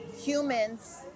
humans